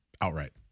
outright